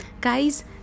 guys